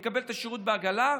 ותקבל את השירות בעגלה.